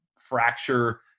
fracture